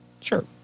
Sure